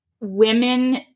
women